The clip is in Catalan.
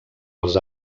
als